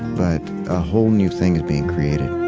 but a whole new thing is being created